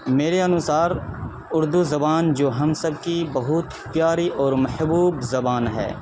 میرے انوسار اردو زبان جو ہم سب کی بہت پیاری اور محبوب زبان ہے